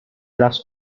las